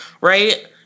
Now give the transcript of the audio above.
right